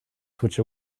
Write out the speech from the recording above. switch